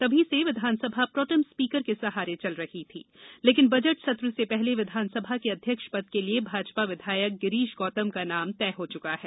तभी से विधानसभा प्रोटेम स्पीकर के सहारे चल रही है लेकिन बजट सत्र से पहले विधानसभा के अध्यक्ष पद के लिए भाजपा विधायक गिरीश गौतम का नाम तय हो चुका है